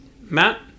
Matt